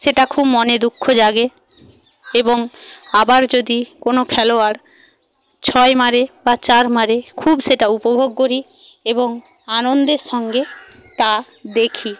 সেটা খুব মনে দুঃখ জাগে এবং আবার যদি কোনো খেলোয়াড় ছয় মারে বা চার মারে খুব সেটা উপভোগ করি এবং আনন্দের সঙ্গে তা দেখি